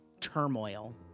turmoil